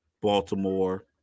Baltimore